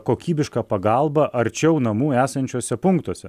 kokybišką pagalbą arčiau namų esančiuose punktuose